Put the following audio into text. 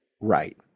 Right